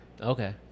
Okay